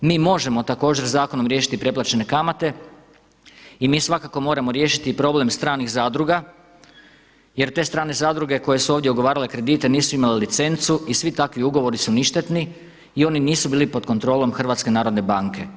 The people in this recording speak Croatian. Mi možemo također zakonom riješiti preplaćene kamate i mi svakako moramo riješiti i problem stranih zadruga, jer te strane zadruge koje su ovdje ugovarale kredite nisu imale licencu i svi takvi ugovori su ništetni i oni nisu bili pod kontrolom Hrvatske narodne banke.